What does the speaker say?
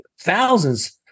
thousands